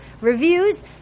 reviews